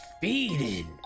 feeding